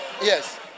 Yes